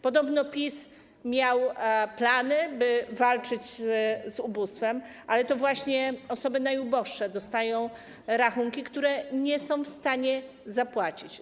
Podobno PiS miał plany, by walczyć z ubóstwem, ale to właśnie osoby najuboższe dostają rachunki, których nie są w stanie zapłacić.